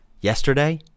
yesterday